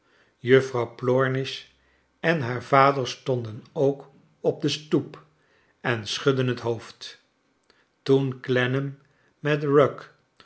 juffrouw plornish en haar vader stonden ook op de stoep en schudden het hoofd toen clennam met rugg